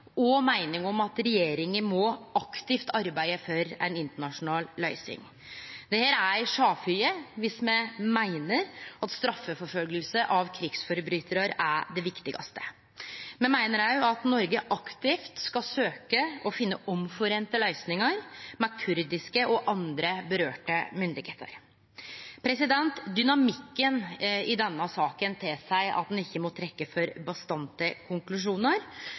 og meining at regjeringa må arbeide aktivt for ei internasjonal løysing. Dette er ei sjølvfølgje viss me meiner at straffeforfølging av krigsforbrytarar er det viktigaste. Me meiner òg at Noreg aktivt skal søkje å finne løysingar som det er einigheit om, med kurdiske og andre myndigheiter det vedkjem. Dynamikken i denne saka tilseier at ein ikkje må trekkje for bastante konklusjonar,